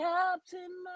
Captain